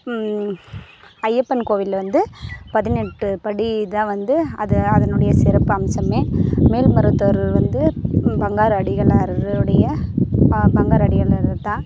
ஐயப்பன் கோவில் வந்து பதினெட்டு படிதான் வந்து அது அதனுடைய சிறப்பம்சமே மேல்மருவத்தூர் வந்து பங்காரு அடிகளாருடைய பங்காரு அடிகளார்தான்